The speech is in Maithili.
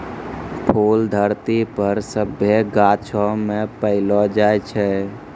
फूल धरती पर सभ्भे गाछौ मे पैलो जाय छै